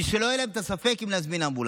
כדי שלא יהיה להם את הספק אם להזמין אמבולנס.